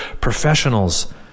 professionals